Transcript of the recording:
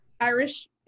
irish